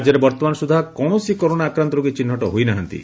ରାଜ୍ୟରେ ବର୍ଉମାନ ସୁଦ୍ଧା କୌଣସି କରୋନା ଆକ୍ରାନ୍ତ ରୋଗୀ ଚିହ୍ଟ ହୋଇନାହାନ୍ତି